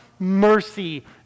mercy